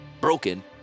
Broken